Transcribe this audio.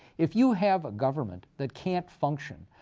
if you have a government that can't function,